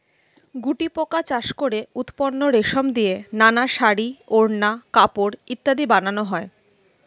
গুটিপোকা চাষ করে উৎপন্ন রেশম দিয়ে নানা শাড়ী, ওড়না, কাপড় ইত্যাদি বানানো হয়